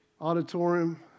auditorium